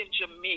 Jamaica